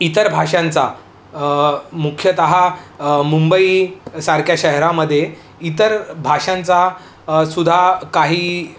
इतर भाषांचा मुख्यतः मुंबईसारख्या शहरामध्ये इतर भाषांचा सुद्धा काही